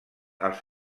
als